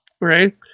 right